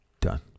Done